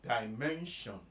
dimension